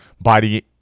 body